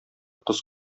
кыз